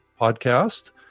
podcast